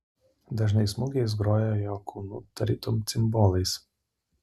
dažnais smūgiais grojo jo kūnu tarytum cimbolais